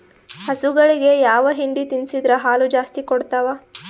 ಹಸುಗಳಿಗೆ ಯಾವ ಹಿಂಡಿ ತಿನ್ಸಿದರ ಹಾಲು ಜಾಸ್ತಿ ಕೊಡತಾವಾ?